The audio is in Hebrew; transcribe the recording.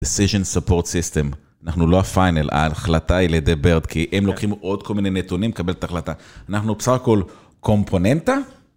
decision support system, אנחנו לא ה-final, ההחלטה היא לידי ברד, כי הם לוקחים עוד כל מיני נתונים לקבל את ההחלטה. אנחנו בסך הכל קומפוננטה.